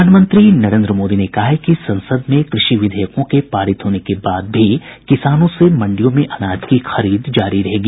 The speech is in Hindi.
प्रधानमंत्री नरेंद्र मोदी ने कहा है कि संसद में कृषि विधेयकों के पारित होने के बाद भी किसानों से मंडियों में अनाज की खरीद जारी रहेगी